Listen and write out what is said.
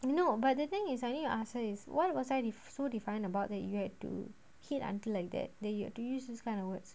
no but the thing is I need to ask her is what was I so defiant about that you had to hit until like that then you have to use those kind of words